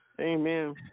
Amen